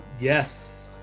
Yes